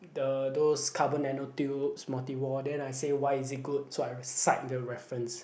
the those carbonano tubes multi wall then I say why is it good so I'll cite the reference